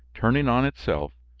turning on itself,